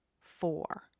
four